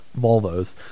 volvos